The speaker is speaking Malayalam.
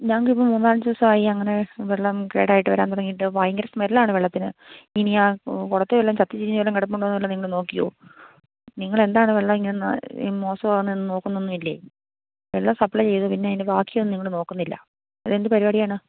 ഞങ്ങൾക്ക് ഇപ്പം മൂന്ന് നാല് അഞ്ച് ദിവസമായി അങ്ങനെ വെള്ളം കേടായിട്ട് വരാൻ തുടങ്ങിയിട്ട് ഭയങ്കര സ്മെൽ ആണ് വെള്ളത്തിന് ഇനി ആ കുളത്തിൽ വല്ലതും ചത്തു ചീഞ്ഞ് വല്ലതും കിടപ്പുണ്ടോ എന്ന് വല്ലതും നിങ്ങൾ നോക്കിയോ നിങ്ങൾ എന്താണ് വെള്ളം ഇങ്ങനെ മോശാകുന്നതെന്നു നോക്കുന്നൊന്നുമില്ലേ വെള്ളം സപ്പ്ളെ ചെയ്തു പിന്നെ അതിൻ്റെ ബാക്കി ഒന്നും നിങ്ങൾ നോക്കുന്നില്ല അതെന്ത് പരിപാടിയാണ്